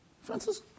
Francis